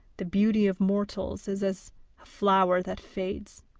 the beauty of mortals is as a flower that fades.